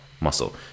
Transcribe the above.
muscle